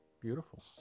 Beautiful